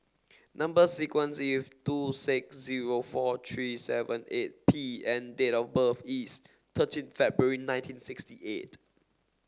number sequence is T two six zero four three seven eight P and date of birth is thirteen February nineteen sixty eight